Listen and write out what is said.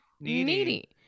Needy